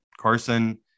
Carson